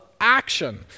action